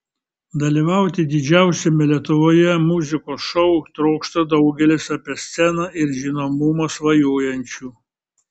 dalyvauti didžiausiame lietuvoje muzikos šou trokšta daugelis apie sceną ir žinomumą svajojančių